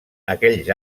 aquells